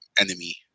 enemy